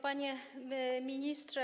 Panie Ministrze!